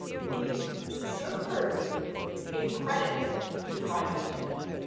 the surge in credit to the private sector.